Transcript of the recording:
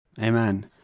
Amen